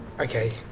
Okay